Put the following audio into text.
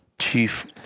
chief